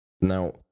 Now